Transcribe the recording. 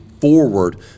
forward